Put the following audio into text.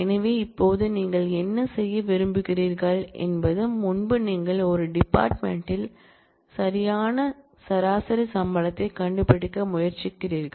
எனவே இப்போது நீங்கள் என்ன செய்ய விரும்புகிறீர்கள் என்பது முன்பு நீங்கள் ஒரு டிபார்ட்மென்ட் யில் சராசரி சம்பளத்தைக் கண்டுபிடிக்க முயற்சிக்கிறீர்கள்